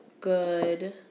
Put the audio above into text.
good